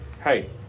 Hey